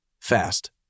fast